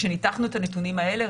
כשניתחנו את הנתונים האלה,